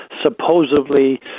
Supposedly